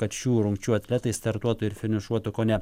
kad šių rungčių atletai startuotų ir finišuotų kone